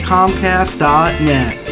Comcast.net